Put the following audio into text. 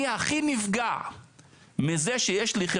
אני הכי נפגע מזה שיש לי,